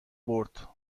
برد